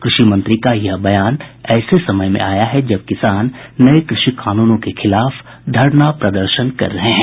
कृषि मंत्री का यह बयान ऐसे समय में आया है जब किसान नए कृषि कानूनों के खिलाफ धरना प्रदर्शन कर रहे हैं